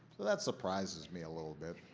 that surprises me a little bit.